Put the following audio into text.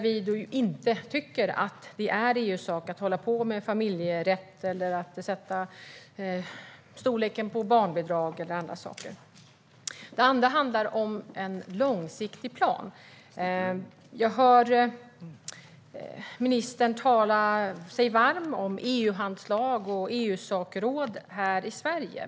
Vi tycker inte att det är EU:s sak att hålla på med familjerätt, fastställa storleken på barnbidraget och andra saker. Det andra handlar om en långsiktig plan. Ministern talade sig varm för EU-handslag och EU-sakråd här i Sverige.